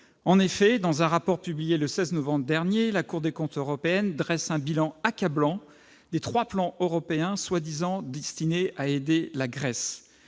En effet, dans un rapport publié le 16 novembre dernier, la Cour des comptes européenne dressait un bilan accablant des trois plans européens prétendument destinés à « aider » la Grèce.